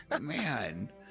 Man